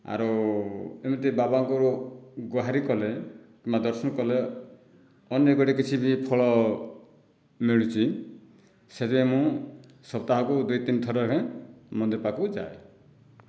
ଆରୁ ଏମିତି ବାବାଙ୍କୁ ଗୁହାରି କଲେ କିମ୍ବା ଦର୍ଶନ କଲେ ଅନ୍ୟଗୁଡ଼ିଏ କିଛି ବି ଫଳ ମିଳୁଛି ସେଥିପାଇଁ ମୁଁ ସପ୍ତାହକୁ ଦୁଇ ତିନି ଥର ଲେଖାଏଁ ମନ୍ଦିର ପାଖକୁ ଯାଏ